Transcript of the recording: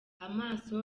amaso